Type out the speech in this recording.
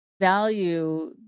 value